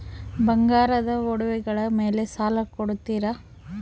ಬಂಗಾರದ ಒಡವೆಗಳ ಮೇಲೆ ಸಾಲ ಕೊಡುತ್ತೇರಾ?